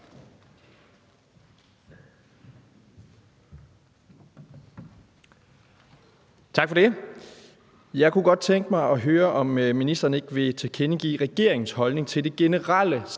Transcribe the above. Tak for det.